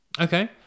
Okay